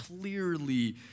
clearly